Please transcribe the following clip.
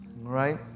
right